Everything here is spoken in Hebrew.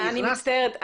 אני מצטערת.